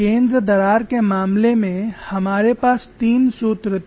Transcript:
केंद्र दरार के मामले में हमारे पास तीन सूत्र थे